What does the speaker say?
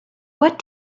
what